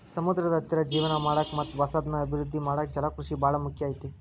ಸಮುದ್ರದ ಹತ್ತಿರ ಜೇವನ ಮಾಡಾಕ ಮತ್ತ್ ಹೊಸದನ್ನ ಅಭಿವೃದ್ದಿ ಮಾಡಾಕ ಜಲಕೃಷಿ ಬಾಳ ಮುಖ್ಯ ಐತಿ